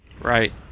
Right